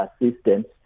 assistance